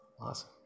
Awesome